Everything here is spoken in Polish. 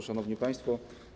Szanowni Państwo!